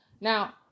Now